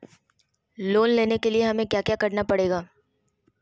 Loan लेने के लिए हमें क्या क्या करना पड़ेगा?